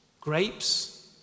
Grapes